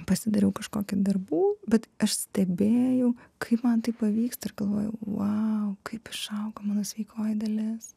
pasidariau kažkokių darbų bet aš stebėjau kaip man tai pavyksta ir galvojau vau kaip išaugo mano sveikoji dalis